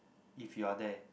if you are there